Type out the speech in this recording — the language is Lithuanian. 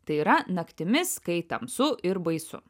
tai yra naktimis kai tamsu ir baisu